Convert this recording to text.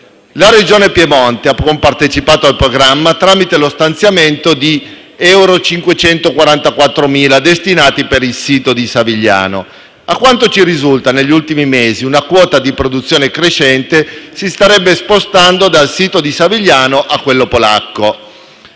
La Regione Piemonte ha partecipato al programma tramite lo stanziamento di 544.000 euro destinati al sito di Savigliano. A quanto ci risulta, negli ultimi mesi una quota crescente della produzione si starebbe spostando dal sito di Savigliano a quello polacco.